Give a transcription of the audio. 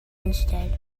instead